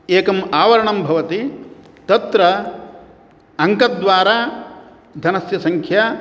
एकम् आवरणं भवति तत्र अङ्कद्वारा धनस्य सङ्ख्या